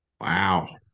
Wow